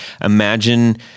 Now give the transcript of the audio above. imagine